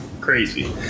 Crazy